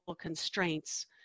constraints